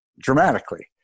dramatically